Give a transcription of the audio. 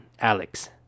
Alex